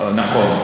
נכון.